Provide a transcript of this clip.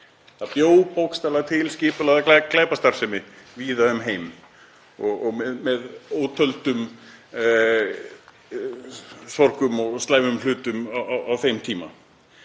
Það bjó bókstaflega til skipulagða glæpastarfsemi víða um heim og olli ómældum sorgum og slæmum hlutum á þeim tíma.